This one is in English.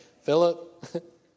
Philip